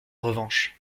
revanche